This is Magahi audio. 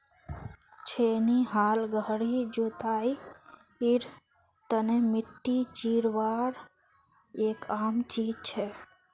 छेनी हाल गहरी जुताईर तने मिट्टी चीरवार एक आम चीज छे